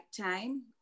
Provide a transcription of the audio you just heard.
time